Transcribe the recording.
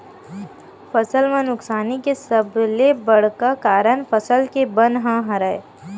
फसल म नुकसानी के सबले बड़का कारन फसल के बन ह हरय